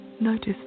Notice